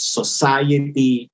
society